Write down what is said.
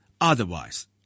Otherwise